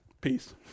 peace